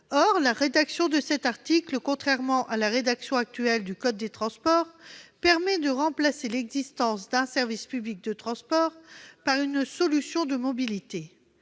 Or la rédaction de cet article, contrairement à la rédaction actuelle du code des transports, permet de remplacer l'existence d'un service public de transport par une « solution de mobilité